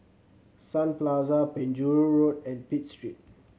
Sun Plaza Penjuru Road and Pitt Street